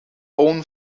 own